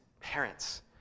parents